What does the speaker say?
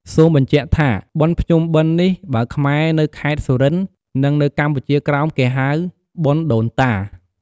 សូមបញ្ជាក់ថា បុណ្យភ្ជុំបិណ្ឌនេះ បើខ្មែរនៅខេត្ត សុរិន្ទ និងនៅកម្ពុជាក្រោម គេហៅ “បុណ្យដូនតា”។